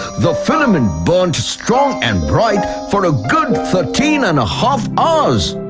the filament burnt strong and bright, for a good thirteen and a half hours.